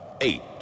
eight